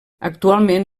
actualment